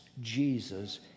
Jesus